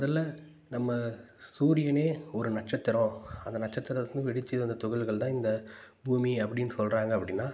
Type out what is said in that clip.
முதல்ல நம்ம சூரியனே ஒரு நட்சத்திரம் அந்த நட்சத்திரத்திலேருந்து வெடித்து வந்த துகள்கள் தான் இந்த பூமி அப்படின்னு சொல்கிறாங்க அப்படின்னா